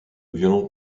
violents